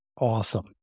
awesome